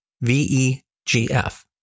V-E-G-F